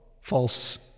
false